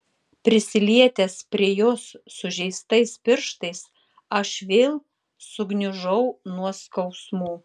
prisilietęs prie jos sužeistais pirštais aš vėl sugniužau nuo skausmų